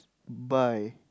buy